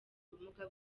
ubumuga